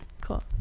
Cool